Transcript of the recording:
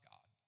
God